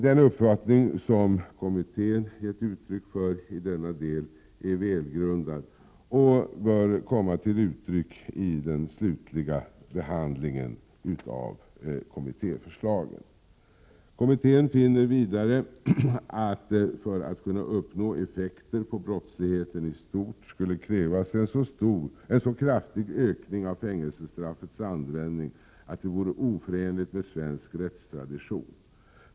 Den uppfattning som kommittén gett uttryck för i denna del är välgrundad och bör komma till uttryck i den slutliga behandlingen av kommittéförslaget. Kommittén finner vidare att det för att kunna uppnå effekter på brottsligheten i stort skulle krävas en så kraftig ökning av fängelsestraffets användning att det vore oförenligt med svensk rättstradition.